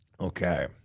Okay